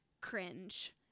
cringe